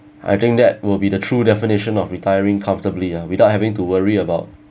I think that will be the true definition of retiring comfortably ah without having to worry about